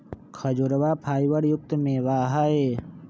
खजूरवा फाइबर युक्त मेवा हई